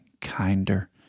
kinder